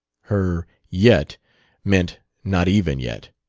her yet meant not even yet.